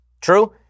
True